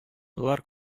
болар